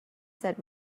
that